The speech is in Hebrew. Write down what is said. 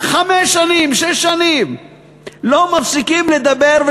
חמש-שש שנים לא מפסיקים לדבר,